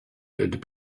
had